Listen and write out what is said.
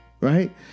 right